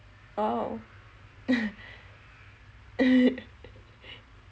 !wow!